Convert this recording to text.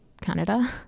Canada